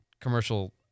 commercial